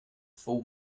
full